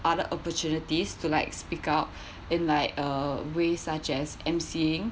other opportunities to like speak out in like uh ways such as M_Cing